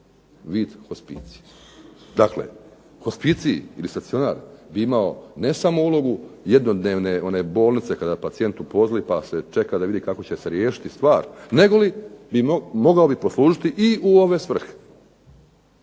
vid hospicija. Dakle, hospicij ili stacionar bi imao ne samo ulogu jednodnevne one bolnice kada pacijentu pozli pa se čeka da vidi kako će se riješiti stvar nego li bi mogao poslužiti i u ove svrhe.